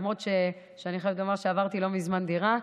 למרות שאני חייבת לומר שעברתי לא מזמן דירה,